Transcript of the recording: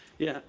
yeah,